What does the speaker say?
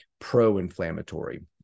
pro-inflammatory